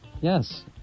Yes